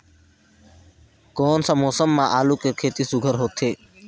कोन सा मौसम म आलू कर खेती सुघ्घर होथे?